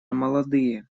молодые